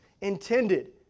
intended